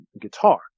guitar